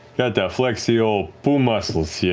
got to flex the old pu-muscles, you